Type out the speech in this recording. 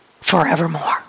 forevermore